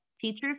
Teachers